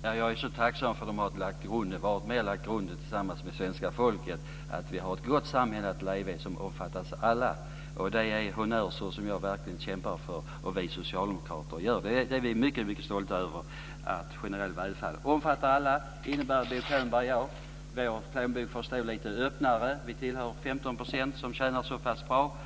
Fru talman! Jag är så tacksam för att de tillsammans med svenska folket har lagt grunden för det goda samhälle vi lever i som omfattar alla. Det är honnörsord som vi socialdemokrater verkligen kämpar för. Vi är mycket stolta över att generell välfärd omfattar alla. Det innebär att Bo Könbergs plånbok och min plånbok får stå lite öppnare. Vi tillhör de 15 % som tjänar så pass bra